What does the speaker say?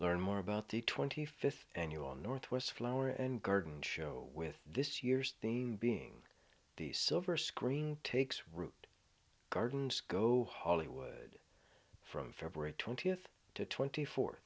learn more about the twenty fifth annual northwest flower and garden show with this year's stain being the silver screen takes root gardens go hollywood from february twentieth to twenty four